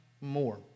more